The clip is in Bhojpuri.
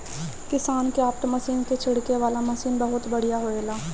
किसानक्राफ्ट मशीन के छिड़के वाला मशीन बहुत बढ़िया होएला